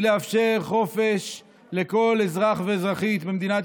לאפשר חופש לכל אזרח ואזרחית במדינת